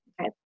Okay